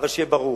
אבל שיהיה ברור: